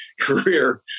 career